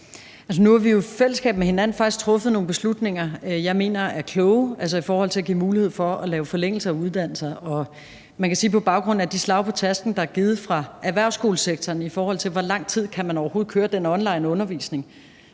nu har vi jo i fællesskab truffet nogle beslutninger, som jeg mener er kloge, altså i forhold til at lave forlængelser af uddannelser. Og på baggrund af de slag på tasken, der er givet fra erhvervsskolesektorens side, i forhold til hvor lang tid man overhovedet kan køre den onlineundervisning,